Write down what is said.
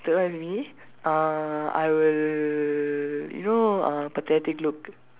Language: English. third one is me uh I will you know uh pathetic look